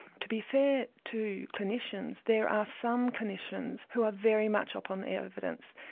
to be fair to clinicians there are some clinicians who are very much up on the evidence,